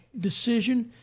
decision